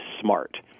smart